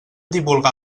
divulgar